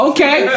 Okay